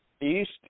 East